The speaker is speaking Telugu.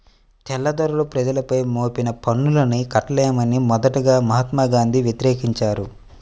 తెల్లదొరలు ప్రజలపై మోపిన పన్నుల్ని కట్టలేమని మొదటగా మహాత్మా గాంధీ వ్యతిరేకించారు